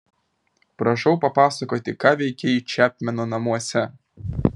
prašau papasakoti ką veikei čepmeno namuose